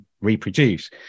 reproduce